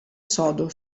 sodo